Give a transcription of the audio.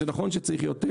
אבל זה נכון שצריך יותר.